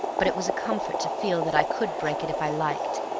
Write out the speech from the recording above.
but it was a comfort to feel that i could break it if i liked,